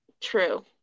True